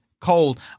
cold